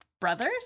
brothers